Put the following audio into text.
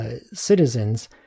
citizens